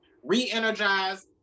re-energized